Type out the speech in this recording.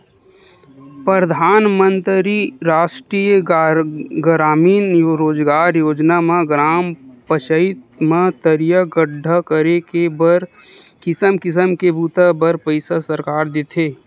परधानमंतरी रास्टीय गरामीन रोजगार योजना म ग्राम पचईत म तरिया गड्ढ़ा करे के बर किसम किसम के बूता बर पइसा सरकार देथे